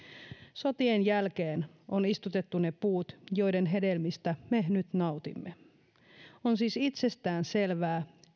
sotien jälkeen on istutettu ne puut joiden hedelmistä me nyt nautimme on siis itsestään selvää